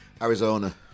Arizona